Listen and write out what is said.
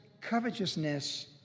covetousness